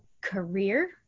career